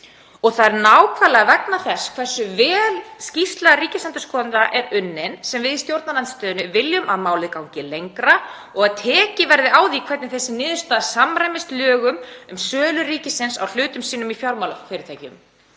Það er nákvæmlega vegna þess hversu vel skýrsla ríkisendurskoðanda er unnin sem við í stjórnarandstöðunni viljum að málið gangi lengra og tekið verði á því hvernig niðurstaðan samræmist lögum um sölu ríkisins á hlutum sínum í fjármálafyrirtækjum.